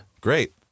Great